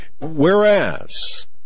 whereas